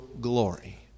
glory